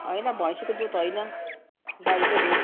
हैन भैँसीको दुध हैन गाईकै दुध